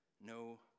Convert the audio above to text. no